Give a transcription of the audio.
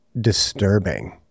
disturbing